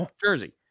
jersey